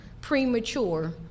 premature